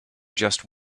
just